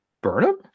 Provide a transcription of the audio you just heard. Burnham